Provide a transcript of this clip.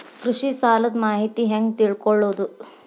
ಕೃಷಿ ಸಾಲದ ಮಾಹಿತಿ ಹೆಂಗ್ ತಿಳ್ಕೊಳ್ಳೋದು?